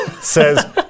says